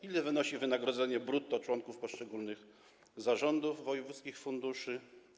Ile wynosi wynagrodzenie brutto członków poszczególnych zarządów wojewódzkich funduszy?